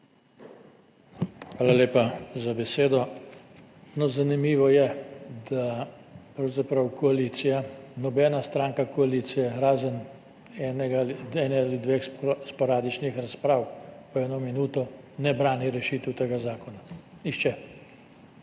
Hvala lepa za besedo. Zanimivo je, da pravzaprav koalicija, nobena stranka koalicije, razen ene ali dveh sporadičnih razprav po eno minuto, ne brani rešitev tega zakona. Nihče.